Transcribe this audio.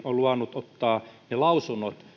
on luvannut ottaa ne lausunnot